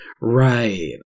right